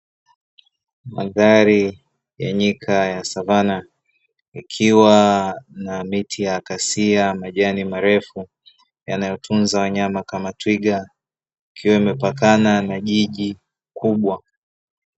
Mandhari ya nyika ya savana ikiwa na miti ya akasia, majani marefu yanayotunza wanyama kama twiga, ikiwa imepakana na jiji kubwa.